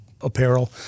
apparel